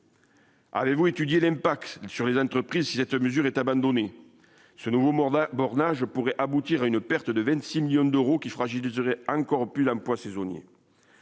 Avez-vous étudié l'impact sur les entreprises, si cette mesure est abandonnée, ce nouveau mandat bornage pourrait aboutir à une perte de 26 millions d'euros qui fragiliserait encore plus l'emploi saisonnier.